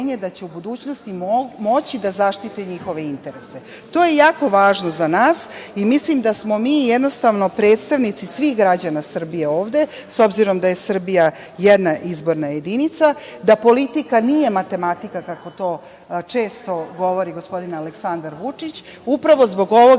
da će u budućnosti moći da zaštiti njihove interese. To je jako važno za nas i mislim da smo mi jednostavno predstavnici ovde svih građana Srbije, s obzirom da je Srbija jedna izborna jedinica, da politika nije matematika, kako to često govori gospodin Aleksandar Vučić. Upravo zbog ovoga